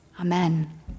Amen